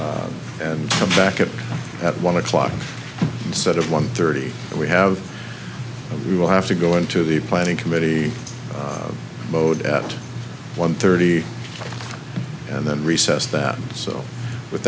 now and come back up at one o'clock instead of one thirty and we have we will have to go into the planning committee mode at one thirty and then recess that so with